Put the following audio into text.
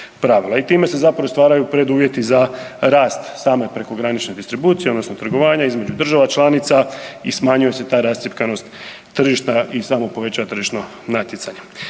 I time se zapravo stvaraju preduvjeti za rast same prekogranične distribucije odnosno trgovanja između država članica i smanjuje se ta rascjepkanost tržišta i samo poveća tržišno natjecanje.